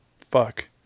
Fuck